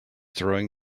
throwing